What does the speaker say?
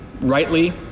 rightly